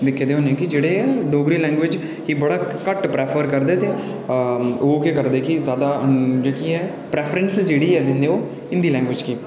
दे होने जेह्ड़े डोगरी लौंग्वेज गी बड़ा घट्ट प्रैफर करदे ते ओह् के करदे कि ज्यादा जेह्की ए प्रेफरेंस जेह्ड़ी दिंदे ओह् हिन्दी लैंग्वेज गी